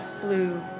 Blue